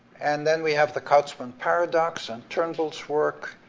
and then we have the kauzmann paradox, and turnbull's work,